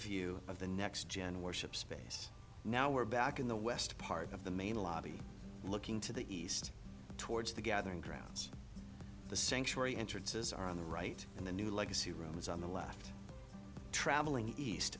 view of the next gen war ship space now we're back in the west part of the main lobby looking to the east towards the gathering grounds the sanctuary entrances are on the right and the new legacy rooms on the left traveling